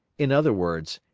in other words,